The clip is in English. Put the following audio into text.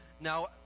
Now